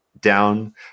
down